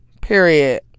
Period